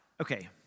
Okay